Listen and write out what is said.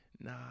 Nah